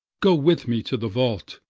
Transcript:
go with me to the vault.